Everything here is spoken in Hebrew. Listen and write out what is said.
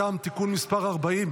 הכלכלית (תיקוני חקיקה להשגת יעדי התקציב לשנת התקציב 2025),